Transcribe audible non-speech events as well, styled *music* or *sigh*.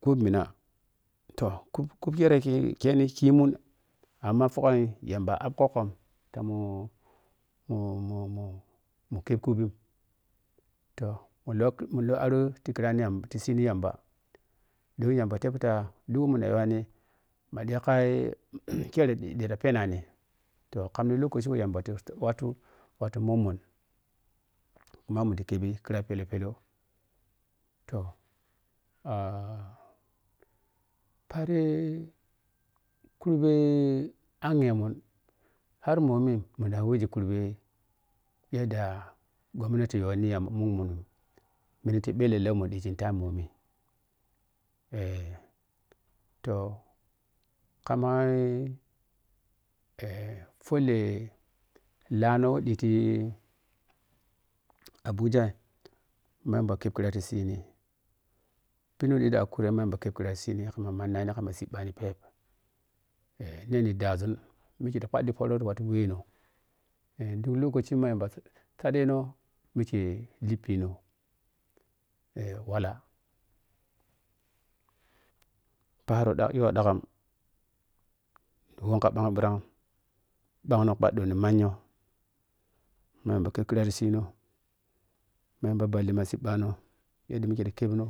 Kup mina toh kup-kup khire khe kheni khimun. Amma fughan yamba a ab kokkon tamuh muh-muh mukeb kuppin toh mun lo mun lo aro ti khira ti sini yamboa don yamba teb ta duk me muna da yiwani ma ɗika *noise* khero ɗi ta penani toh kamina lokaci weh yamba ta watu watu mun mun. Khuma mund khebi khira pelau-pelau toh *hesitation* pareh-kum bei anghemun yadda gomnati yo niya munmunun, mineta ɓalela weh mu dita ya momi *hesitation* toh khammai *hesitation* folle lano weh ɗi ti abuja ma yamba keb khira ti sini, pidi weh ɗi ti akure ma yam keb khira ti sini, khama manani khama ciɓɓani pep neni daʒum mikhe ta kpachi foro ti mati wehno a dduk zoka ci weh yamba suɗɗeno mikhe lipino eh. Wallah paro duk yo dafam. Nh mbrom kha bang ɓirhami, bangno kpa ɗɗo ni manyoh ma yamba keb khira ti sino ma yamba balle ma ciɓɓani yadda mikhe ta kebno.